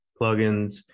plugins